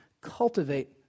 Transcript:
cultivate